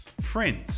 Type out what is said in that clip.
Friends